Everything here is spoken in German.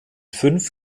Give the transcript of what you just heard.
fünf